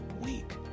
week